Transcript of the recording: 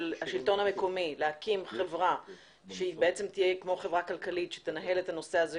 השלטון המקומי להקים חבר שתהיה כמו חברה כלכלית ותנהל את הנושא הזה,